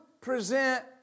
present